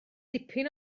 dipyn